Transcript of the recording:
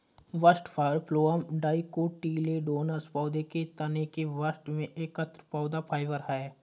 bast fibre phloem dicotyledonous पौधों के तने के बास्ट से एकत्र पौधा फाइबर है